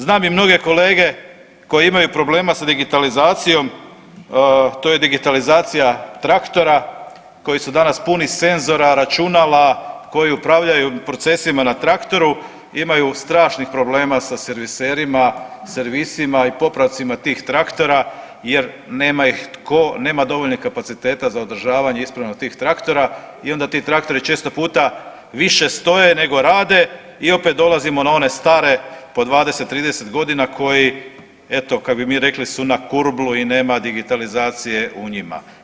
Znam i mnoge kolege koji imaju problema sa digitalizacijom, to je digitalizacija traktora koji su danas puni senzora, računala, koji upravljaju procesima na traktoru, imaju strašnih problema sa serviserima, servisima i popravcima tih traktora jer nema ih tko, nema dovoljnih kapaciteta za održavanje ispravnosti tih traktora i onda ti traktori često puta više stoje nego rade i opet dolazimo na one stare po 20, 30 godina koji, eto, kak bi mi rekli su na kurblu i nema digitalizacije u njima.